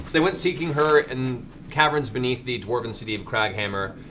they went seeking her in caverns beneath the dwarven city of kraghammer.